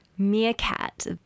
Meerkat